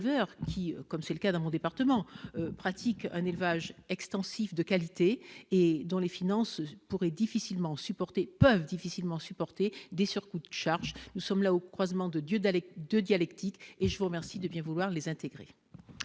comme c'est le cas dans mon département, pratiquent un élevage extensif de qualité et leurs finances peuvent difficilement supporter des surcoûts de charges. Nous sommes là au croisement de deux dialectiques, que je vous remercie de bien vouloir intégrer.